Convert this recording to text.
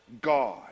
God